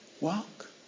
walk